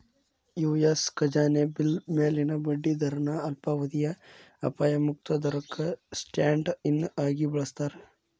US ಖಜಾನೆ bill ಮ್ಯಾಲಿನ ಬಡ್ಡಿ ದರನ ಅಲ್ಪಾವಧಿಯ ಅಪಾಯ ಮುಕ್ತ ದರಕ್ಕ ಸ್ಟ್ಯಾಂಡ್ ಇನ್ ಆಗಿ ಬಳಸ್ತಾರ